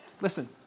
Listen